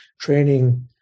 training